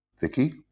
Vicky